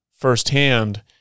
firsthand